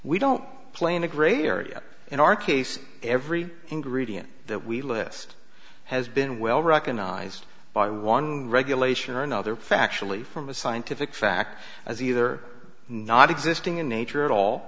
we don't play in a grey area in our case every ingredient that we list has been well recognized by one regulation or another factually from a scientific fact as either not existing in nature at all